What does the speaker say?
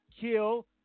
kill